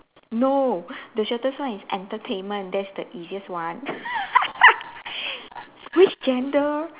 no the shortest one is entertainment that's the easiest one which genre